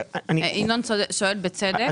ינון שואל בצדק.